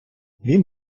він